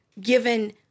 given